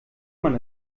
man